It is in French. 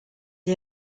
est